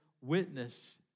witness